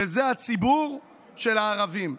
וזה הציבור של הערבים.